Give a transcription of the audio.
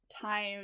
time